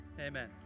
Amen